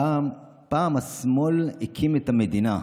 "פעם השמאל הקים את המדינה,